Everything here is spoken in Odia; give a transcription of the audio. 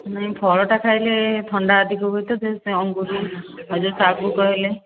ନାଇଁ ଫଳଟା ଖାଇଲେ ଥଣ୍ଡା ଅଧିକା ହୁଏ ତ ଅଙ୍ଗୁର ଆଉ ଯେଉଁ ସାଗୁ କହିଲେ